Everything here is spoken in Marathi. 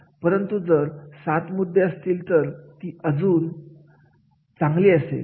परंतु जर सात मुद्दे असतील तर ती अजून चांगली असेल